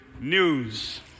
news